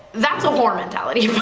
that's a war mentality